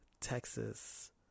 Texas